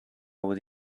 where